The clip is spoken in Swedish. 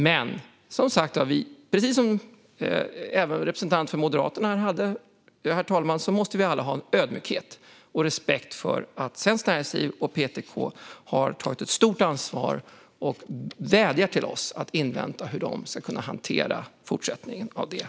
Men, herr talman, vi måste alla ha, precis som representanten för Moderaterna hade, ödmjukhet och respekt inför att Svenskt Näringsliv och PTK har tagit ett stort ansvar. De vädjar till oss om att vi ska invänta besked om hur de ska kunna hantera fortsättningen av detta.